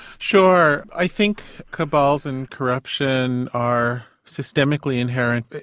sure. i think cabals and corruption are systemically inherent,